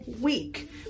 week